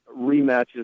rematches